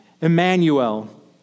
Emmanuel